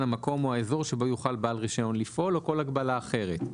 המקום או האזור שבו יוכל בעל רישיון לפעול או כל הגבלה אחרת.